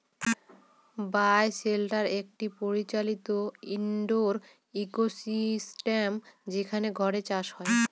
বায় shelter একটি পরিচালিত indoor ecosystem যেখানে ঘরে চাষ হয়